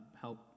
help